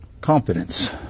confidence